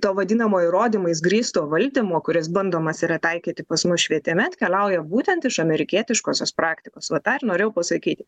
to vadinamo įrodymais grįsto valdymo kuris bandomas yra taikyti pas mus švietime atkeliauja būtent iš amerikietiškosios praktikos vat tą ir norėjau pasakyti